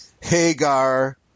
Hagar